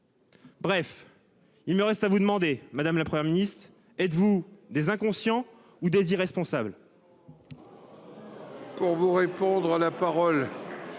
Bref, il me reste à vous demander, madame, la Première ministre êtes-vous des inconscients ou des irresponsables.